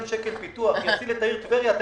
שקלים לפיתוח העיר טבריה יצילו את העיר,